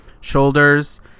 shoulders